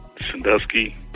Sandusky